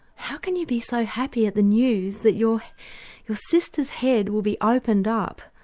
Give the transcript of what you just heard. how can you be so happy at the news that your your sister's head will be opened up?